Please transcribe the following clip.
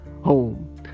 home